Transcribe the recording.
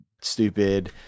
stupid